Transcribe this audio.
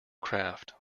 craft